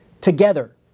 together